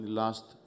last